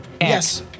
Yes